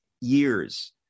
years